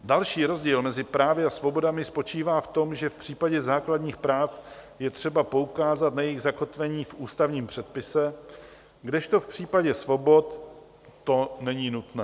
Další rozdíl mezi právy a svobodami spočívá v tom, že v případě základních práv je třeba poukázat na jejich zakotvení v ústavním předpise, kdežto v případě svobod to není nutné.